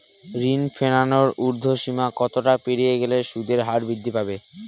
ঋণ ফেরানোর উর্ধ্বসীমা কতটা পেরিয়ে গেলে সুদের হার বৃদ্ধি পাবে?